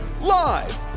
Live